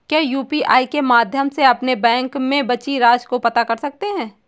क्या यू.पी.आई के माध्यम से अपने बैंक में बची राशि को पता कर सकते हैं?